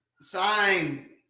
sign